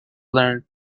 learned